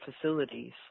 facilities